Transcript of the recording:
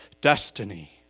destiny